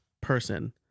person